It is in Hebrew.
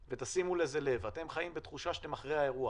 תשימו לב לזה, אתם חיים בתחושה שאתם אחרי האירוע,